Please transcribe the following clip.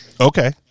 Okay